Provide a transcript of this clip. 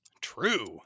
True